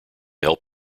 help